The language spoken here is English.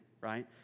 right